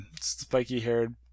spiky-haired